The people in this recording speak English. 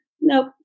Nope